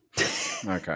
Okay